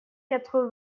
quatre